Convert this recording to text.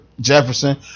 jefferson